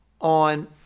on